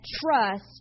trust